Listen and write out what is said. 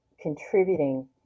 contributing